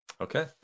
Okay